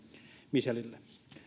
michelille